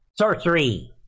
sorcery